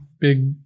big